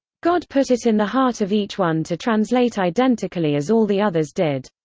god put it in the heart of each one to translate identically as all the others did.